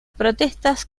protestas